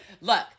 Look